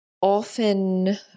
often